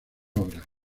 obras